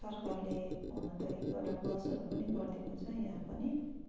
सरकारले हुन त एक दुइवटा बसहरू पनि गरिदिएको छ यहाँ पनि